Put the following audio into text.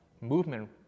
movement